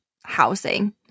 housing